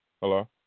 Hello